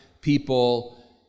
people